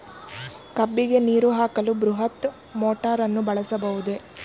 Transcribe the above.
ಕಬ್ಬಿಗೆ ನೀರು ಹಾಕಲು ಬೃಹತ್ ಮೋಟಾರನ್ನು ಬಳಸಬಹುದೇ?